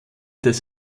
des